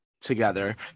together